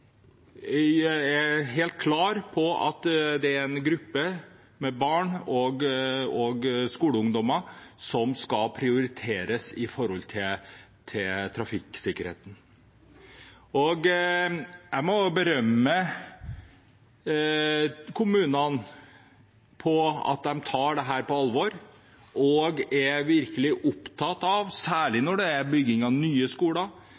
retningslinjer er helt klare på at det er gruppen barn og skoleungdommer som skal prioriteres når det gjelder trafikksikkerheten. Jeg må berømme kommunene for at de tar dette på alvor og virkelig er opptatt av det, særlig når det er bygging av nye skoler